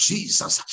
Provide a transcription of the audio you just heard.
Jesus